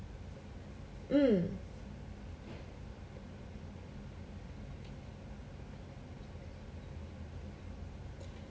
mm